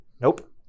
Nope